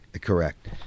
Correct